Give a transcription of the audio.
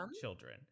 children